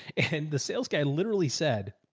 and the sales guy literally said,